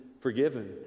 forgiven